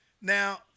now